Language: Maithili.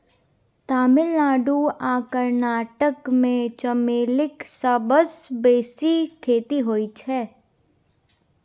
तमिलनाडु आ कर्नाटक मे चमेलीक सबसँ बेसी खेती होइ छै